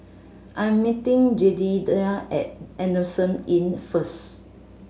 I'm meeting Jedediah at Adamson Inn first